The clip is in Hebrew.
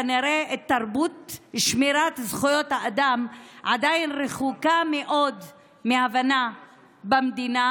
כנראה תרבות שמירת זכויות האדם עדיין רחוקה מאוד מהבנה במדינה,